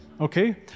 Okay